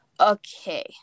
Okay